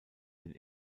den